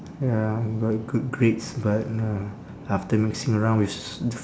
ya I got good grades but ya after mixing around with t~